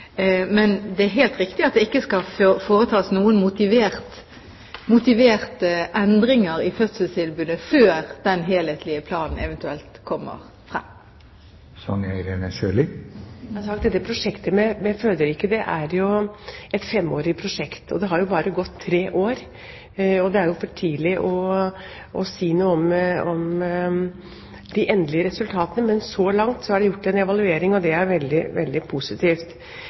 Men det er helt riktig at det ikke skal foretas noen økonomisk motiverte endringer i fødselstilbudet før den helhetlige planen eventuelt kommer. Føderiket er et femårig prosjekt. Det har nå bare gått tre år, og det er for tidlig å si noe om de endelige resultatene. Men så langt er det foretatt en evaluering, og den er veldig